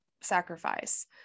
sacrifice